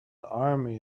army